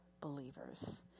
believers